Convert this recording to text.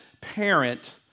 parent